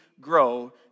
grow